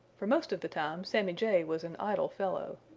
for most of the time sammy jay was an idle fellow.